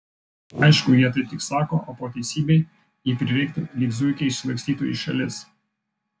aišku jie taip tik sako o po teisybei jei prireiktų lyg zuikiai išsilakstytų į šalis